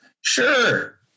sure